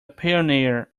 pioneer